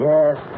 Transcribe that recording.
Yes